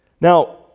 Now